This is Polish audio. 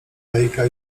lejka